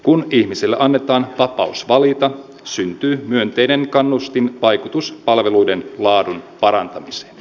kun ihmiselle annetaan vapaus valita syntyy myönteinen kannustinvaikutus palveluiden laadun parantamiseen